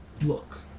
Look